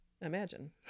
Imagine